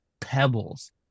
pebbles